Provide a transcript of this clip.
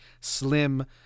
slim